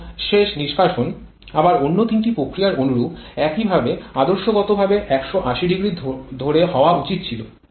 এবং শেষ নিষ্কাশন আবার অন্য তিনটি প্রক্রিয়া অনুরূপ একইভাবে আদর্শগত ভাবে ১৮০০ ধরে হওয়া উচিত ছিল